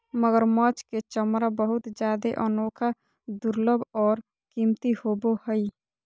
मगरमच्छ के चमरा बहुत जादे अनोखा, दुर्लभ और कीमती होबो हइ